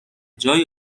جان